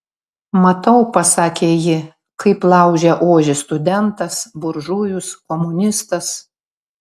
matau pasakė ji kaip laužia ožį studentas buržujus komunistas